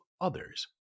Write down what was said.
others